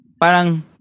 parang